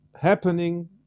happening